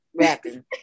rapping